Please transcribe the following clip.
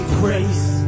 grace